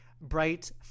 Bright